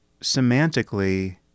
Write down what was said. semantically